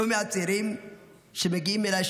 לא מעט צעירים מגיעים אליי,